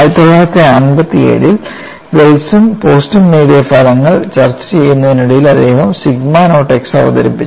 1957 ൽ വെൽസും പോസ്റ്റും നേടിയ ഫലങ്ങൾ ചർച്ച ചെയ്യുന്നതിനിടയിൽ അദ്ദേഹം സിഗ്മ നോട്ട് x അവതരിപ്പിച്ചു